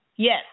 Yes